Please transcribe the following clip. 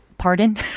Pardon